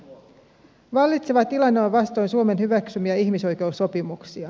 vallitseva tilanne on vastoin suomen hyväksymiä ihmisoikeussopimuksia